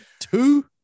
two